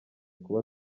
kuba